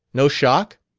no shock?